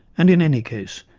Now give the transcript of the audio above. and, in any case,